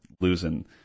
losing